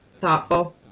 Thoughtful